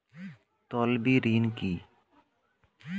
তলবি ঋণ কি?